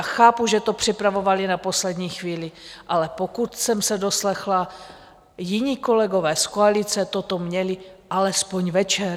Chápu, že to připravovali na poslední chvíli, ale pokud jsem se doslechla, jiní kolegové z koalice toto měli alespoň večer.